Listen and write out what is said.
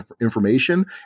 information